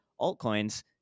altcoins